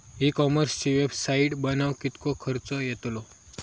E कॉमर्सची website बनवक किततो खर्च येतलो?